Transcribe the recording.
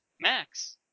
Max